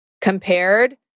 compared